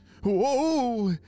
whoa